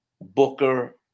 Booker